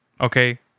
Okay